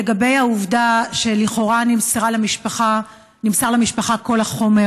לגבי העובדה שלכאורה נמסר למשפחה כל החומר,